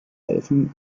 helfen